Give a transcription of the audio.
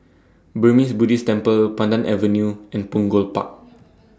Burmese Buddhist Temple Pandan Avenue and Punggol Park